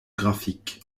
graphiques